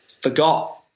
forgot